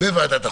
בוועדת החוקה.